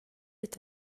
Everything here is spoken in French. est